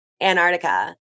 Antarctica